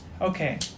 Okay